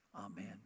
Amen